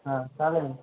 हां चालेल